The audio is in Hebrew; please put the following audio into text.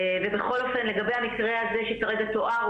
ובכל אופן לגבי המקרה הזה שכרגע תואר,